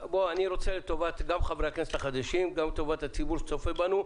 לטובת חברי הכנסת החדשים ולטובת הציבור שצופה בנו,